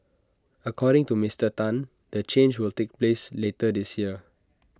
according to Mister Tan the change will take place later this year